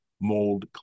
mold